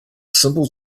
simple